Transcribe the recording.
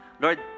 Lord